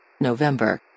November